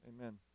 Amen